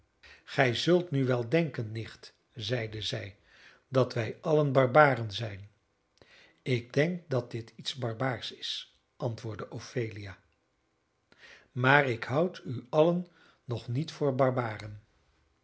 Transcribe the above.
gij zult nu wel denken nicht zeide zij dat wij allen barbaren zijn ik denk dat dit iets barbaarsch is antwoordde ophelia maar ik houd u allen nog niet voor barbaren